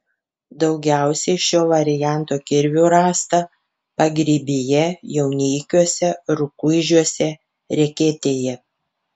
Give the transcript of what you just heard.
daugiausiai šio varianto kirvių rasta pagrybyje jauneikiuose rukuižiuose reketėje